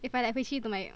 if like I 回去 to my